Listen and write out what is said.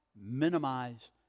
minimize